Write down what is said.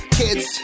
kids